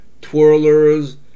twirlers